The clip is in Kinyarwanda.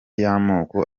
y’amoko